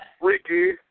Ricky